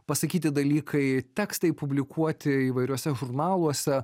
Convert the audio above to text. pasakyti dalykai tekstai publikuoti įvairiuose žurnaluose